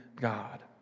God